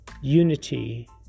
Unity